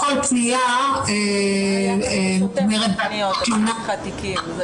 לא כל פנייה נגמרת בתלונה.